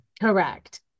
Correct